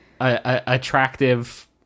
Attractive